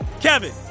Kevin